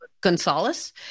Gonzalez